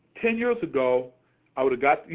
ten years ago i would've got, you